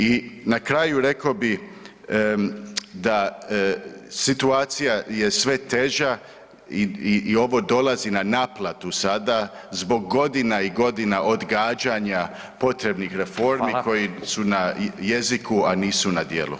I na kraju reko bi da situacija je sve teža i ovo dolazi na naplatu sada zbog godina i godina odgađanja potrebnih reformi [[Upadica: Fala]] koji su na jeziku, a nisu na djelu.